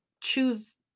choose